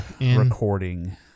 recording